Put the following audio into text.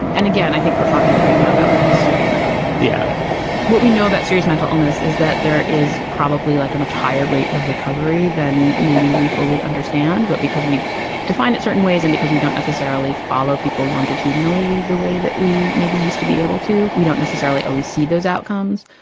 and again, i think we're talking right now about like serious mental. yeah what we know about serious mental illness is that there is probably like a much higher rate of recovery than maybe we fully understand. but because we define it certain ways and because we don't necessarily follow people longitudinally the way that we maybe used to be able to, we don't necessarily always see those outcomes.